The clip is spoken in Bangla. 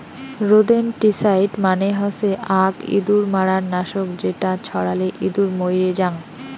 রোদেনটিসাইড মানে হসে আক ইঁদুর মারার নাশক যেটা ছড়ালে ইঁদুর মইরে জাং